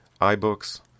iBooks